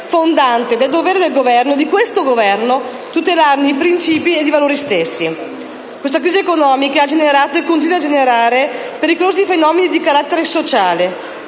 fondante ed è dovere di questo Governo tutelarne i principi ed i valori stessi. Questa crisi economica ha generato e continua a generare pericolosi fenomeni di carattere sociale: